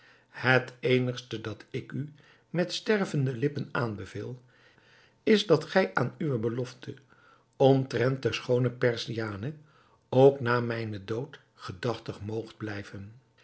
het eenigste dat ik u met stervende lippen aanbeveel is dat gij aan uwe belofte omtrent de schoone perziane ook na mijnen dood gedachtig moogt blijven